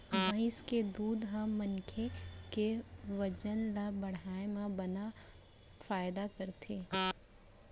भईंस के दूद ह मनसे के बजन ल बढ़ाए म बने फायदा करथे